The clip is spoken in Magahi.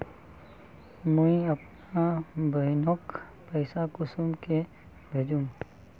मुई अपना बहिनोक पैसा कुंसम के भेजुम?